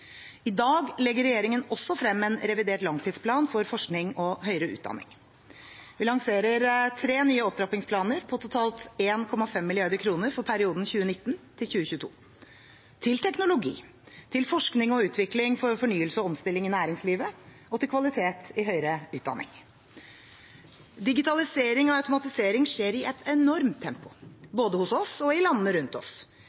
I dag legger regjeringen også frem en revidert langtidsplan for forskning og høyere utdanning. Vi lanserer tre nye opptrappingsplaner på totalt 1,5 mrd. kr for perioden 2019–2022: til teknologi til forskning og utvikling for fornyelse og omstilling i næringslivet til kvalitet i høyere utdanning Digitaliseringen og automatiseringen skjer i et enormt tempo,